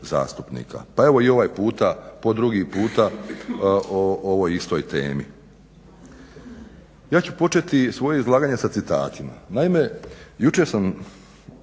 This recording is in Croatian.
Pa evo i ovaj puta po drugi puta o ovoj istoj temi. Ja ću početi svoje izlaganje sa citatima. Naime jučer sam